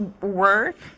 work